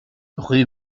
rue